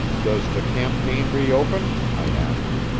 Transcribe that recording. does the campaign reopen? i asked.